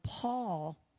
Paul